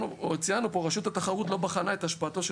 וציינו פה שרשות התחרות לא בחנה את השפעתו של